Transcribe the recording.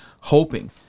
hoping